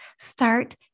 start